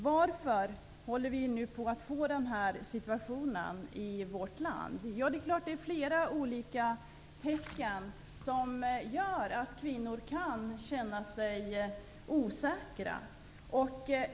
Varför håller vi nu på att få den här situationen i vårt land? Det är klart att det finns flera olika saker som gör att kvinnor kan känna sig osäkra.